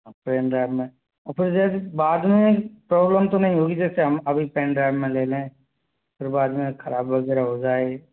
pen drive में और फिर जैसे बाद में प्रॉब्लेम तो नहीं होगी जैसे हम अभी पेन ड्राइव में ले लें और बाद में खराब वग़ैरह हो जाए